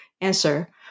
answer